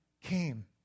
came